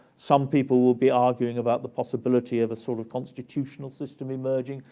some people will be arguing about the possibility of a sort of constitutional system emerging.